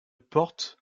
porte